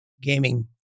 gaming